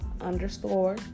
underscore